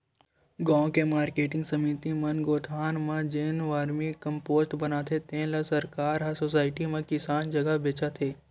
गाँव के मारकेटिंग समिति मन गोठान म जेन वरमी कम्पोस्ट बनाथे तेन ल सरकार ह सुसायटी म किसान जघा बेचत हे